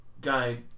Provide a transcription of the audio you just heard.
Guy